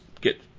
get